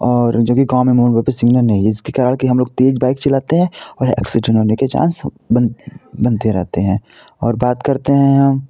और जो कि गाँव में मोड़ मोड़ पर सिग्नल नहीं है जिसके कारण कि हम लोग तेज बाइक चलाते हैं और एक्सीडेंट होने के चांस बन बनते रहते हैं और बात करते हैं हम